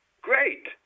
Great